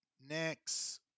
Next